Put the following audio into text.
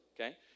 okay